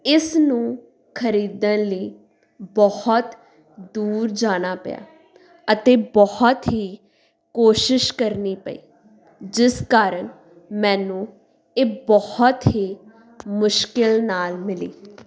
ਇਸਨੂੰ ਖਰੀਦਣ ਲਈ ਬਹੁਤ ਦੂਰ ਜਾਣਾ ਪਿਆ ਅਤੇ ਬਹੁਤ ਹੀ ਕੋਸ਼ਿਸ਼ ਕਰਨੀ ਪਈ ਜਿਸ ਕਾਰਨ ਮੈਨੂੰ ਇਹ ਬਹੁਤ ਹੀ ਮੁਸ਼ਕਲ ਨਾਲ ਮਿਲੀ